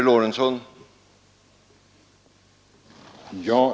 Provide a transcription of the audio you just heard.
Herr talman!